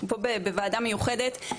אנחנו פה בוועדה מיוחדת,